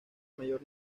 mayor